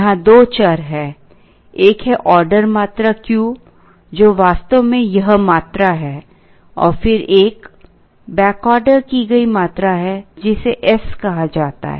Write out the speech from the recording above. यहां दो चर हैं एक है ऑर्डर मात्रा Q जो वास्तव में यह मात्रा है और फिर एक बैक ऑर्डर की गई मात्रा है जिसे s कहा जाता है